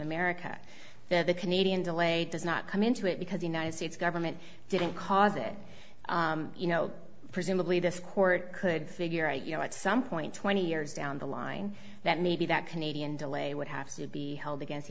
america where the canadian delay does not come into it because the united states government didn't cause it you know presumably this court could figure out you know at some point twenty years down the line that maybe that canadian delay would have to be held against